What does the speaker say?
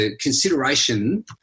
consideration